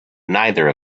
neither